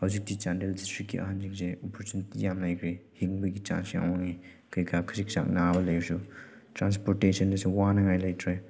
ꯍꯧꯖꯤꯛꯇꯤ ꯆꯥꯟꯗꯦꯜ ꯗꯤꯁꯇ꯭ꯔꯤꯛꯀꯤ ꯑꯍꯜꯁꯤꯡꯁꯦ ꯑꯣꯄꯣꯔꯆꯨꯅꯤꯇꯤ ꯌꯥꯝ ꯂꯩꯈ꯭ꯔꯦ ꯍꯤꯡꯕꯒꯤ ꯆꯥꯟꯁ ꯌꯥꯝ ꯋꯥꯡꯉꯦ ꯀꯩꯀꯥ ꯈꯖꯤꯛ ꯆꯥꯛ ꯅꯥꯕ ꯂꯩꯔꯁꯨ ꯇ꯭ꯔꯥꯟꯁꯄꯣꯔꯇꯦꯁꯟꯗꯁꯨ ꯋꯥꯅꯤꯡꯉꯥꯏ ꯂꯩꯇ꯭ꯔꯦ